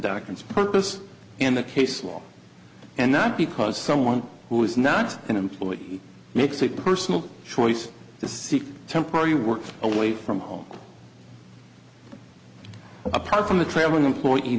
doctrines purpose in the case law and not because someone who is not an employee makes a personal choice to seek temporary work away from home apart from the traveling employee